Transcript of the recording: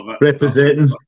representing